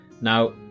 now